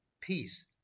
peace